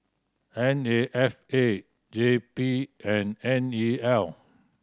N A F A J P and N E L